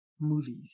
movies